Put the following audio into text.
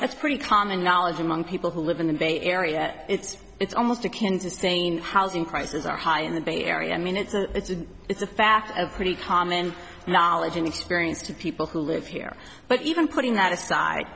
that's pretty common knowledge among people who live in the bay area it's it's almost akin to saying housing prices are high in the bay area i mean it's a it's a it's a fact a pretty common knowledge and experience to people who live here but even putting that aside